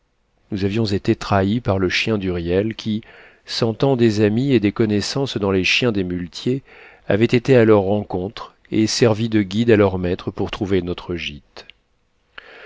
nous avions été trahis par le chien d'huriel qui sentant des amis et des connaissances dans les chiens des muletiers avait été à leur rencontre et servi de guide à leurs maîtres pour trouver notre gîte